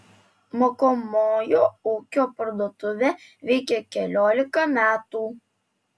mokomojo ūkio parduotuvė veikia keliolika metų